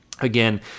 again